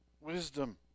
Wisdom